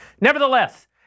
Nevertheless